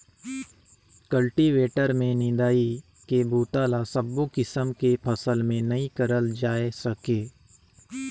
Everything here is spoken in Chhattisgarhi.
कल्टीवेटर में निंदई के बूता ल सबो किसम के फसल में नइ करल जाए सके